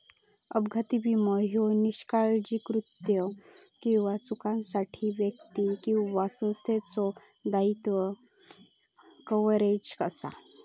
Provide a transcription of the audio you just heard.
अपघाती विमो ह्यो निष्काळजी कृत्यो किंवा चुकांसाठी व्यक्ती किंवा संस्थेचो दायित्व कव्हरेज असा